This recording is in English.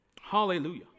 hallelujah